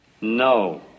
No